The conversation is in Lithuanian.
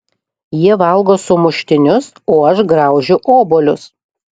jie valgo sumuštinius o aš graužiu obuolius